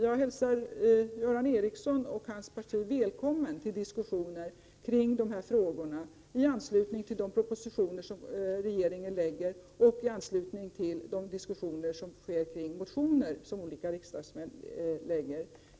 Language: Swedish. Jag hälsar Göran Ericsson och hans parti välkomna till diskussioner om dessa frågor i anslutning till de propositioner som regeringen lägger fram och de motioner som olika riksdagsmän väcker.